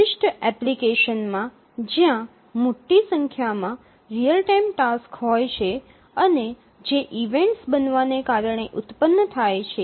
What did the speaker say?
વિશિષ્ટ એપ્લિકેશનમાં જ્યાં મોટી સંખ્યામાં રીઅલ ટાઇમ ટાસક્સ હોય છે અને જે ઈવેન્ટસ બનવાને કારણે ઉત્પન્ન થાય છે